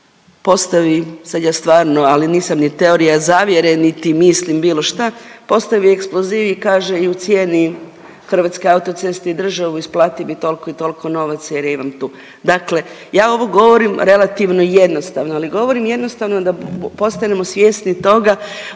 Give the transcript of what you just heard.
postavi, sad ja stvarno, ali nisam ni teorija zavjere niti mislim bilo šta, postavi eksploziv i kaže i ucijeni Hrvatske autoceste i državu, isplati mi toliko i toliko novaca, jer ja imam tu. Dakle ja ovo govorim relativno jednostavno, ali govorim jednostavno da postanemo svjesni toga